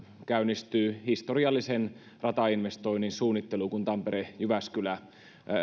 käynnistyy historiallisen ratainvestoinnin suunnittelu kun tampere jyväskylä